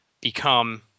become